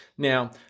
Now